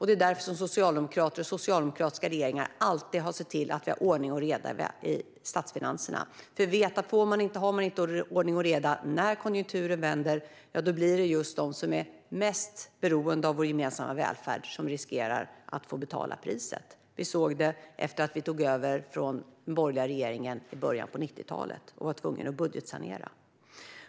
Det är därför som socialdemokrater och socialdemokratiska regeringar alltid har sett till att det är ordning och reda i statsfinanserna. Vi vet nämligen att om man inte har ordning och reda när konjunkturen vänder blir det just de som är mest beroende av vår gemensamma välfärd som riskerar att få betala priset. Vi såg det efter att vi tog över efter den borgerliga regeringen i början av 1990-talet och var tvungna att budgetsanera.